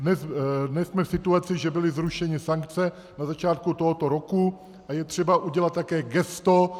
Dnes jsme v situaci, že byly zrušeny sankce na začátku tohoto roku a je třeba udělat také gesto.